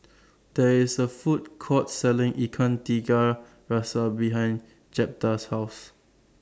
There IS A Food Court Selling Ikan Tiga Rasa behind Jeptha's House